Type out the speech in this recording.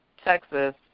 Texas